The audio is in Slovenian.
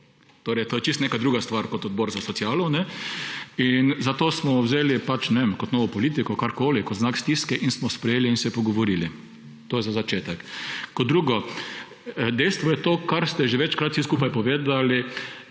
proti. To je čisto neka druga stvar kot odbor za socialo. In zato smo vzeli kot novo politiko, karkoli, kot znak stiske in smo sprejeli in se pogovorili. To je za začetek. Kot drugo. Dejstvo je to, kar ste že večkrat vsi skupaj povedali,